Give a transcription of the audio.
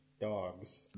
dogs